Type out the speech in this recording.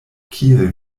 kiel